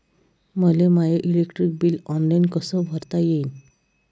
मले माय electric bill online कस भरता येईन?